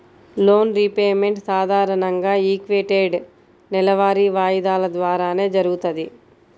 loan repayment సాధారణంగా equated నెలవారీ వాయిదాల ద్వారానే జరుగుతది